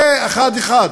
זה אחד-אחד,